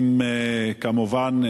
כמובן,